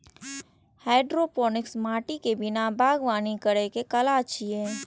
hydroponics माटि के बिना बागवानी करै के कला छियै